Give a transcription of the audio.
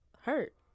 hurt